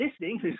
listening